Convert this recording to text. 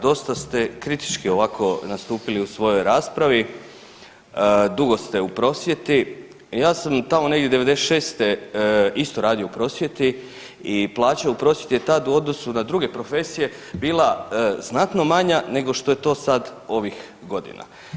Dosta ste kritički ovako nastupili u svojoj raspravi, dugo ste u prosvjeti, ja sam tamo negdje '96. isto radio u prosvjeti i plaća u prosvjeti je tad u odnosu na druge profesije bila znatno manja nego što je to sad ovih godina.